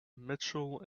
micheal